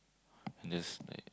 just like